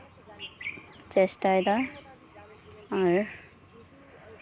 ᱪᱮᱥᱴᱟᱭᱫᱟ ᱟᱨ